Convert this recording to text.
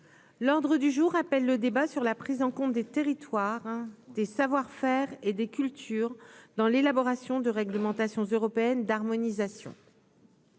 l'ordre du jour appelle le débat sur la prise en compte des territoires, des savoir-faire et des cultures dans l'élaboration de réglementation européenne d'harmonisation.